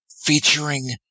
featuring